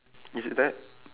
is it that